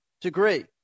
degree